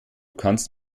kannst